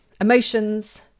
emotions